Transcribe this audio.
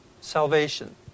salvation